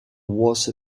warsaw